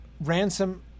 Ransom